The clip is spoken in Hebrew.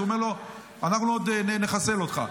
אז הוא אומר לו: אנחנו עוד נחסל אותך.